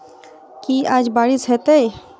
की आय बारिश हेतै?